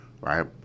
right